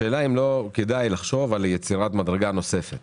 השאלה אם לא כדאי לחשוב על יצירת מדרגה נוספת